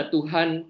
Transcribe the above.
Tuhan